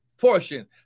portion